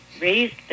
raised